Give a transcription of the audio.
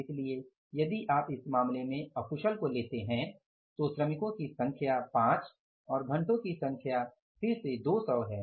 इसलिए यदि आप इस मामले में अकुशल को लेते हैं तो श्रमिकों की संख्या 5 और घंटों की संख्या फिर से 200 है